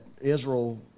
Israel